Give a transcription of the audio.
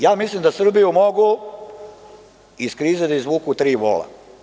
Ja mislim da Srbiju mogu iz krize da izvuku tri vola.